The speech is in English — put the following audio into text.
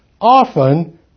Often